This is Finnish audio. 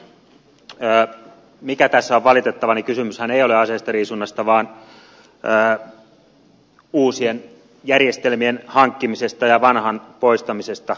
se tässä on valitettavaa että kysymyshän ei ole aseistariisunnasta vaan uusien järjestelmien hankkimisesta ja vanhan poistamisesta